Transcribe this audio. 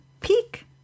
peak